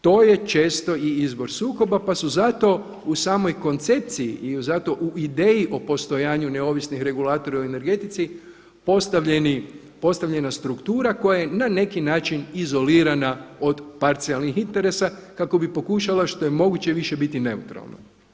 To je često i izvor sukoba, pa su zato u samoj koncepciji i zato u ideji o postojanju neovisnih regulatora u energetici postavljena struktura koja je na neki način izolirana od parcijalnih interesa kako bi pokušala što je moguće više biti neutralna.